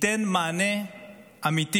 ייתן מענה אמיתי